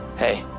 hey,